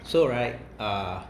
so right uh